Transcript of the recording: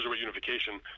unification